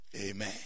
amen